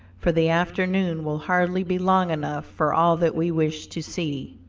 for the afternoon will hardly be long enough for all that we wish to see.